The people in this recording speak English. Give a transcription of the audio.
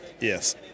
yes